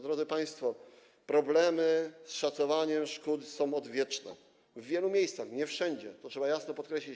Drodzy państwo, problemy z szacowaniem szkód są odwieczne, występują w wielu miejscach, choć nie wszędzie, to trzeba jasno podkreślić.